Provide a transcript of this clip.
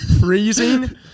freezing